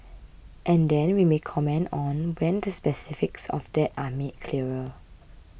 and then we may comment on when the specifics of that are made clearer